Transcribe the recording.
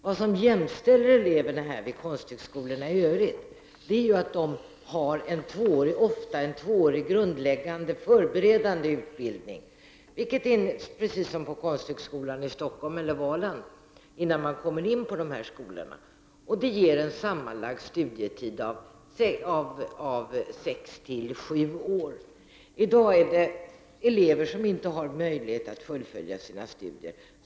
Det som jämställer eleverna här med eleverna på konsthögskolorna i övrigt är att de ofta har en tvåårig förberedande och grundläggande utbildning, precis som man har innan man kommer in på konsthögskolan i Stockholm eller på Valand. Det ger en sammanlagd studietid av 6—7 år. I dag finns elever som inte har möjlighet att fullfölja sina studier.